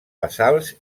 basalts